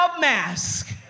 mask